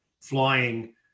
flying